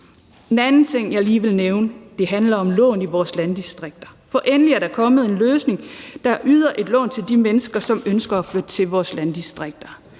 En anden ting, som jeg lige vil nævne, handler om lån i vores landdistrikter. For endelig er der kommet en løsning, som betyder, at der kan ydes et lån til de mennesker, som ønsker at flytte til vores landdistrikter,